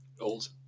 Old